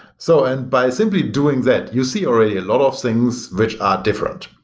so and by simply doing that, you see already a lot of things which are different.